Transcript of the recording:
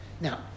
Now